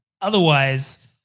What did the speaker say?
otherwise